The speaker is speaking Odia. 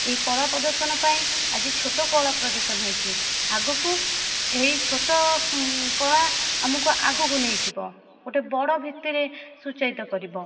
ଏଇ କଳା ପ୍ରଦର୍ଶନ ପାଇଁ ଆଜି ଛୋଟ କଳା ପ୍ରଦର୍ଶନ ହୋଇଛି ଆଗକୁ ଏହି ଛୋଟ କଳା ଆମକୁ ଆଗକୁ ନେଇଯିବ ଗୋଟିଏ ବଡ଼ ଭିତ୍ତିରେ ସୂଚାଇତ କରିବ